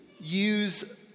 use